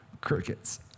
Crickets